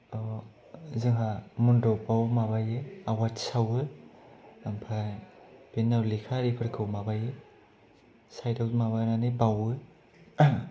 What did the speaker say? जोंहा मन्दपाव माबायो आवाथि सावो ओमफाय बेनि उनाव लेखा आरिफोरखौ माबायो सायदाव माबानानै बावो